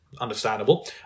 understandable